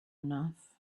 enough